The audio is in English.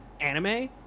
anime